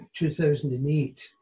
2008